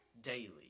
daily